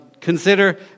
consider